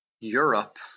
Europe